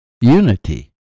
unity